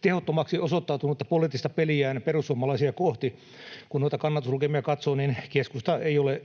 tehottomaksi osoittautunutta poliittista peliään perussuomalaisia kohti. Kun noita kannatuslukemia katsoo, niin keskusta ei ole